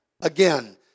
again